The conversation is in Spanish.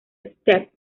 step